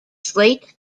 slate